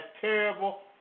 terrible